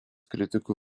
kritikų